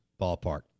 Ballpark